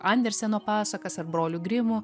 anderseno pasakas ar brolių grimų